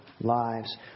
lives